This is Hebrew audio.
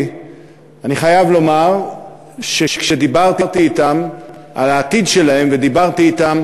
אני חייב לומר שכשדיברתי אתם על העתיד שלהם ודיברתי אתם